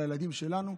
לילדים שלנו.